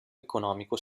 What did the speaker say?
economico